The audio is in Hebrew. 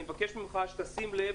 אני מבקש ממך שתשים לב,